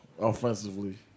Offensively